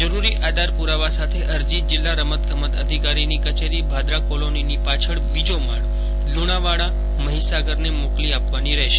જરૂરી આધાર પૂરાવા સાથે અરજી જિલ્લા અમત ગમત અધિકારીની કચેરી ભાદરા કોલોનીની પાછળ બીજો માળો લુણાવાડા મહિસાગરને મોકલી આપવાની રહેશે